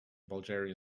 bulgarian